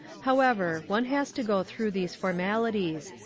however, one has to go through these formalities,